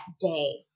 day